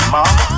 mom